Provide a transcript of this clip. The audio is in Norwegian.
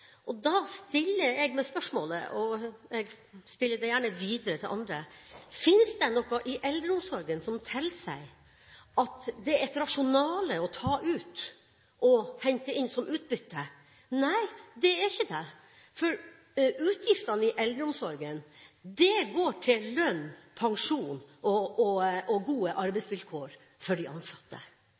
utbyttepolitikk. Da stiller jeg meg spørsmålet, og jeg stiller det gjerne videre til andre: Er det noe i eldreomsorgen som tilsier at det er et rasjonale å ta ut og hente inn som utbytte? Nei, det er ikke det. Utgiftene i eldreomsorgen går til lønn, pensjon og gode arbeidsvilkår for de ansatte.